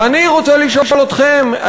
ואני רוצה לשאול אתכם,